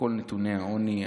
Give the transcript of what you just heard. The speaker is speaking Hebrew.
בכל נתוני העוני.